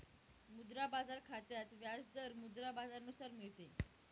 मुद्रा बाजार खात्यात व्याज दर मुद्रा बाजारानुसार मिळते